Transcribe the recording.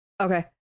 Okay